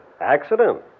Accident